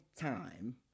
time